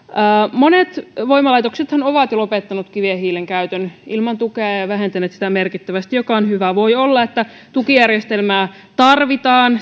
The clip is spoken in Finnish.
monet voimalaitoksethan ovat jo lopettaneet kivihiilen käytön ilman tukea ja ja vähentäneet sitä merkittävästi mikä on hyvä voi olla että tukijärjestelmää tarvitaan